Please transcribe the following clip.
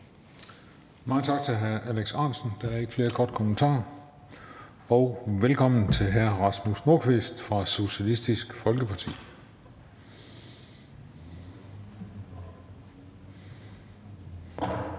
Mange tak til hr. Alex Ahrendtsen. Der er ikke flere korte bemærkninger. Velkommen til hr. Rasmus Nordqvist fra Socialistisk Folkeparti.